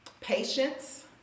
patience